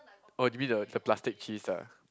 oh do you mean the the plastic cheese ah